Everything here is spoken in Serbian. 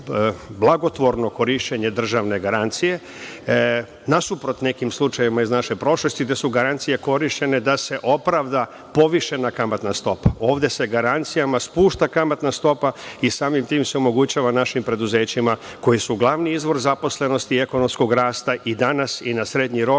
blagotvorno korišćenje državne garancije. Nasuprot nekim slučajevima iz naše prošlosti gde su garancije korišćene da se opravda povišena kamatna stopa, ovde se garancijama spušta kamatna stopa i samim tim se omogućava našim preduzećima koji su glavni izvor zaposlenosti i ekonomskog rasta, i danas i na srednji rok,